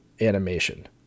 animation